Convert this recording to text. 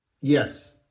yes